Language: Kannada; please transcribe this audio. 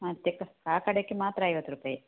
ಮತ್ತು ಕಾಕಡಕ್ಕೆ ಮಾತ್ರ ಐವತ್ತು ರುಪಾಯ್